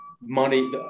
money